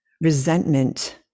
resentment